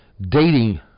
dating